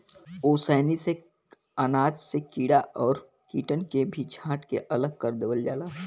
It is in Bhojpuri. ओसैनी से अनाज से कीड़ा और कीटन के भी छांट के अलग कर देवल जाला